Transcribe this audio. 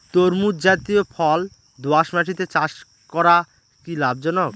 তরমুজ জাতিয় ফল দোঁয়াশ মাটিতে চাষ করা কি লাভজনক?